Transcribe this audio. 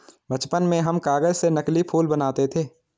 बचपन में हम कागज से नकली फूल बनाते थे